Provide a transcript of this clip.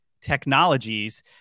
technologies